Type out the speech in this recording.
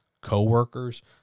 coworkers